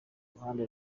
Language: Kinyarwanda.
ruhande